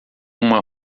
uma